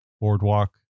Boardwalk